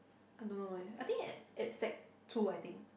I don't know eh I think at at sec two I think